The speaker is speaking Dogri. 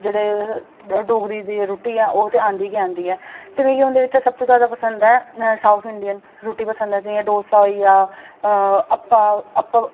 जेह्ड़े डोगरी दी रुट्टी ऐ ओह् ते आंदी गै आंदी ते मिगी उं'दे बिच्चा सब तू जादा पसंद ऐ साउथ इंडियन रुट्टी पसंद ऐ जि'यां डोसा होइया अप्पा अप